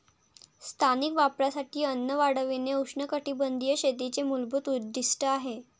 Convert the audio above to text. स्थानिक वापरासाठी अन्न वाढविणे उष्णकटिबंधीय शेतीचे मूलभूत उद्दीष्ट आहे